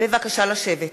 המדינה.) בבקשה לשבת.